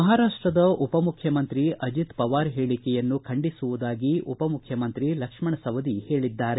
ಮಹಾರಾಷ್ಷದ ಉಪಮುಖ್ಯಮಂತಿ ಅಜಿತ್ ಪವಾರ್ ಹೇಳಕೆಯನ್ನು ಖಂಡಿಸುವುದಾಗಿ ಉಪಮುಖ್ಯಮಂತ್ರಿ ಲಕ್ಷ್ಮಣ್ ಸವದಿ ಹೇಳಿದ್ದಾರೆ